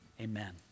Amen